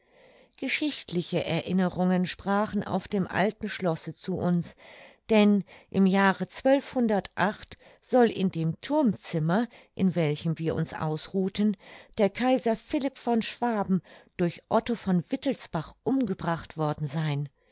geschichtliche erinnerungen sprachen auf dem alten schlosse zu uns denn im jahre soll in dem thurmzimmer in welchem wir uns ausruhten der kaiser philipp von schwaben durch otto von wittelsbach umgebracht worden sein